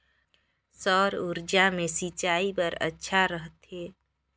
सौर ऊर्जा भी सिंचाई बर अच्छा रहथे?